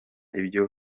ibyo